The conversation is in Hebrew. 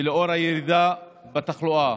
לאור הירידה בתחלואה,